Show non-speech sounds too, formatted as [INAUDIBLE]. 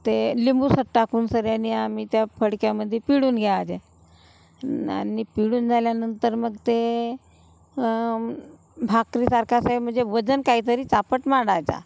ते लिंबूसट टाकूनसन्यानी आम्ही त्या फडक्यामध्ये पिळून घ्यायचे आणि पिळून झाल्यानंतर मग ते भाकरीसारखा असा [UNINTELLIGIBLE] म्हणजे वजन काहीतरी चापट मांडायचा